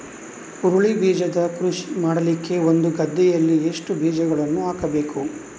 ಹುರುಳಿ ಬೀಜದ ಕೃಷಿ ಮಾಡಲಿಕ್ಕೆ ಒಂದು ಗದ್ದೆಯಲ್ಲಿ ಎಷ್ಟು ಬೀಜಗಳನ್ನು ಹಾಕಬೇಕು?